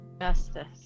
Justice